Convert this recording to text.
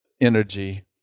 energy